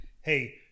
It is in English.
hey